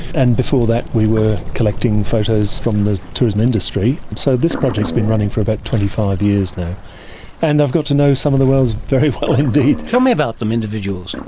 and before that we were collecting photos from the tourism industry, so this project's been running for about twenty five years now. and i've got to know some of the whales very well indeed. tell me about them individuals?